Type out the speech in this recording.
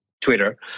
Twitter